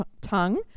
tongue